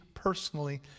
personally